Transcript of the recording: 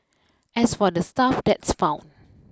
as for the stuff that's found